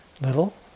Little